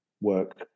work